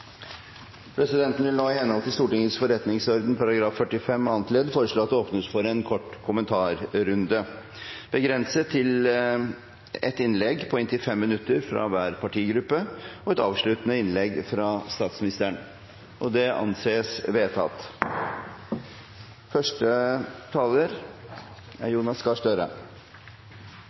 Presidenten vil nå i henhold til Stortingets forretningsorden § 45 annet ledd foreslå at det åpnes for en kort kommentarrunde, begrenset til ett innlegg på inntil 5 minutter fra hver partigruppe og et avsluttende innlegg fra statsministeren. – Det anses vedtatt.